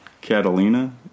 Catalina